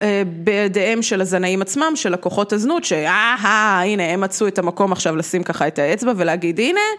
בידיהם של הזנאים עצמם, של הכוחות הזנות, שהם מצאו את המקום עכשיו לשים ככה את האצבע ולהגיד הנה.